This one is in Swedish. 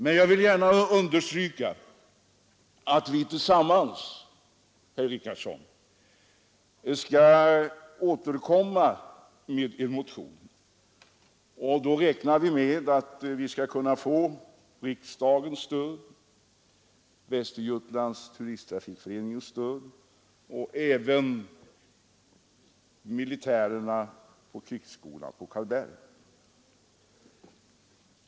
Men jag vill gärna understryka, herr Richardson, att vi tillsammans skall återkomma med en motion, och då räknar vi med att kunna få riksdagens stöd liksom stöd från Västergötlands turisttrafikförening och från militärerna på krigsskolan på Karlberg.